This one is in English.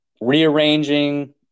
rearranging